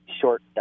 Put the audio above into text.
short